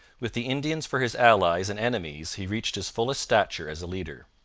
with the indians for his allies and enemies he reached his fullest stature as a leader.